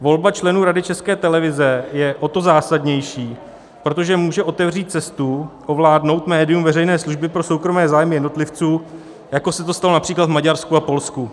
Volba členů Rady České televize je o to zásadnější, protože může otevřít cestu ovládnout médium veřejné služby pro soukromé zájmy jednotlivců, jako se to stalo například v Maďarsku a Polsku.